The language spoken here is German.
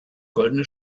goldene